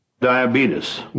Diabetes